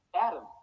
Adam